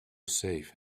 safe